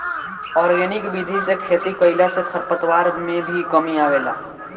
organic विधि से खेती कईला से खरपतवार में भी कमी आवेला